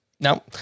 No